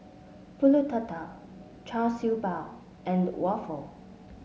pulut Tatal Char Siew Bao and waffle